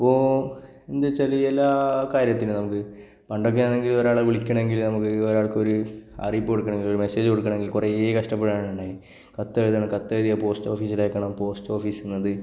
അപ്പോൾ എന്തുവെച്ചാൽ എല്ലാ കാര്യത്തിനും നമുക്ക് പണ്ടൊക്കെയാണെങ്കില് ഒരാളെ വിളിക്കണമെങ്കില് നമുക്ക് ഒരാള്ക്കൊരു അറിയിപ്പ് കൊടുക്കണമെങ്കില് ഒരു മെസ്സേജ് കൊടുക്കണമെങ്കില് കുറേ കഷ്ടപ്പെടാനുണ്ടായി കത്തെഴുതണം കത്തെഴുതിയാല് പോസ്റ്റ് ഓഫീസിൽ അയക്കണം പോസ്റ്റ് ഓഫീസിന്നത്